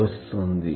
వస్తుంది